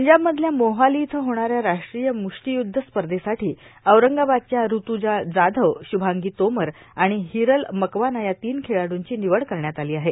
पंजाबमधल्या मोहालो इथं होणाऱ्या राष्ट्रीय म्रष्टोयुद्ध स्पधसाठो औरंगाबादच्या ऋत्जा जाधव श्रभांगी तोमर आाण र्ाहरल मकवाना या तीन खेळाडूंची र्ानवड करण्यात आलो आहे